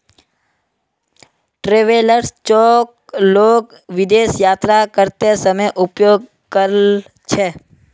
travellers cheque लोग विदेश यात्रा करते समय उपयोग कर छे